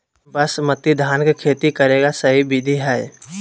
बासमती धान के खेती करेगा सही विधि की हय?